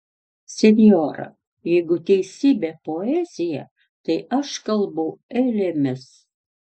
senjora jeigu teisybė poezija tai aš kalbu eilėmis